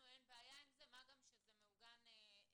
לנו אין בעיה עם זה, מה גם שזה מעוגן תקציבית.